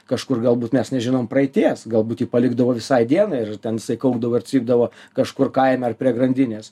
kažkur galbūt mes nežinom praeities galbūt jį palikdavo visai dienai ir ten jisai kaukdavo ir cypdavo kažkur kaime ar prie grandinės